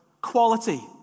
quality